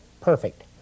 perfect